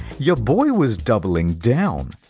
ya boy was doubling down,